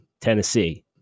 Tennessee